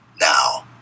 Now